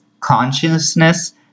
consciousness